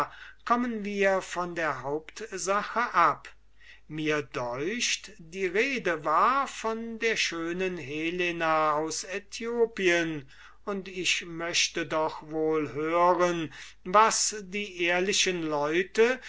kommen wir von der hauptsache ab mir deucht die rede war von der schönen helena aus aethiopien und ich möchte doch wohl hören was die ehrlichen leute